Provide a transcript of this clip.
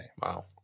Wow